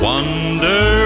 Wonder